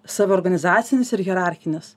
savo organizacinis ir hierarchinis